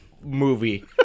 movie